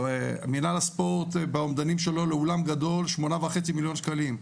מינהל הספורט באומדנים שלו לאולם גדול שמונה וחצי מיליון שקלים.